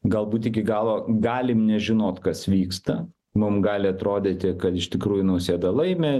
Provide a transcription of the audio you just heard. galbūt iki galo galim nežinot kas vyksta mum gali atrodyti kad iš tikrųjų nausėda laimi